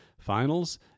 finals